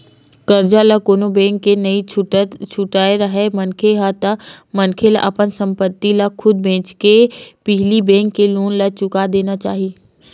करजा ल कोनो बेंक के नइ छुटत राहय मनखे ह ता मनखे ला अपन संपत्ति ल खुद बेंचके के पहिली बेंक के लोन ला चुका देना चाही